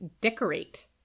decorate